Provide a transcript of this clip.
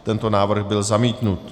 Tento návrh byl zamítnut.